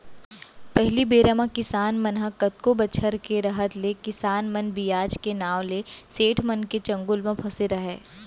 पहिली बेरा म किसान मन ह कतको बछर के रहत ले किसान मन बियाज के नांव ले सेठ मन के चंगुल म फँसे रहयँ